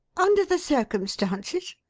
under the circumstances?